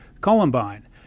Columbine